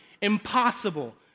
Impossible